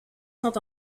sont